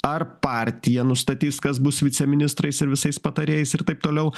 ar partija nustatys kas bus viceministrais ir visais patarėjais ir taip toliau